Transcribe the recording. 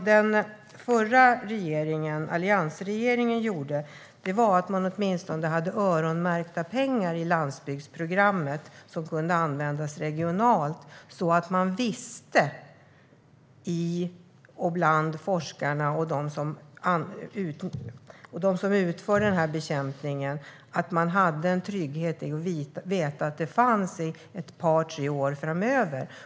Den förra regeringen, alliansregeringen, hade åtminstone öronmärkta pengar i landsbygdsprogrammet som kunde användas regionalt, så att forskarna och de som utförde myggbekämpningen var trygga med att det fanns pengar ett par tre år framöver.